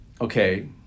okay